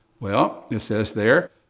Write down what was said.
well, it says there,